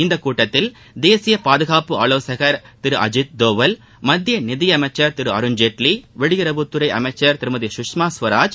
இந்த கூட்டத்தில் தேசிய பாதுகாப்பு ஆலோசகர் திரு அஜீத்தோவல் மத்திய நிதியமைச்சர் திரு அருண்ஜேட்வி வெளியுறவுத்துறை அமைச்சர் திருமதி சுஷ்மா சுவராஜ்